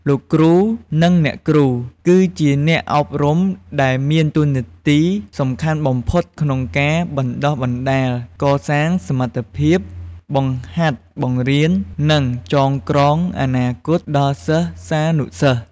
លោកគ្រូ និងអ្នកគ្រូ គឺជាអ្នកអប់រំដែលមានតួនាទីសំខាន់បំផុតក្នុងការបណ្តុះបណ្តាល កសាងសមត្ថភាព បង្ហាត់បង្រៀន និងចងក្រងអនាគតដល់សិស្សានុសិស្ស។